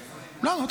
למה?